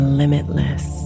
limitless